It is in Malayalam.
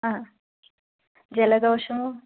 അതെ ജലദോഷമോ